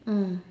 mm